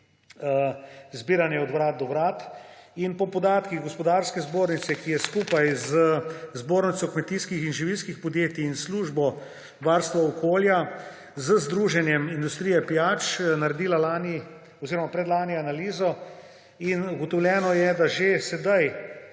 zbiranje od vrat do vrat. Po podatkih Gospodarske zbornice, ki je skupaj z Zbornico kmetijskih in živilskih podjetij ter Službo varstva okolja z Združenjem industrije pijač naredila predlani analizo in ugotovljeno je, da že zdaj